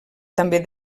també